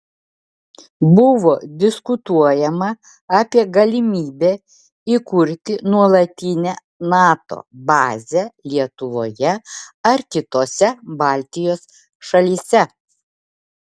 buvo diskutuojama apie galimybę įkurti nuolatinę nato bazę lietuvoje ar kitose baltijos šalyse